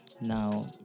Now